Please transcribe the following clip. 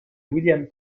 william